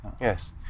yes